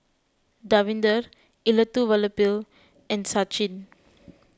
Davinder Elattuvalapil and Sachin